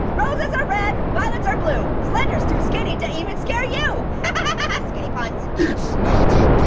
roses are red violets are blue slender's too skinny to even scare you skinny poems. it's not a